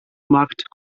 markt